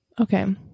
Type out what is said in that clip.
Okay